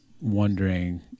wondering